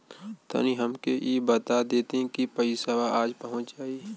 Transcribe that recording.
तनि हमके इ बता देती की पइसवा आज पहुँच जाई?